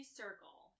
circle